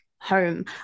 home